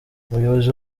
umuyobozi